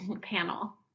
panel